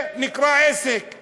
וזה נקרא "עסק";